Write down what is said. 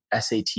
SAT